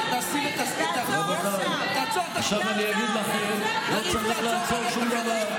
תבוא אליי לחדר עכשיו.